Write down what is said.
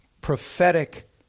prophetic